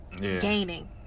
gaining